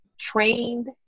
Trained